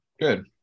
Good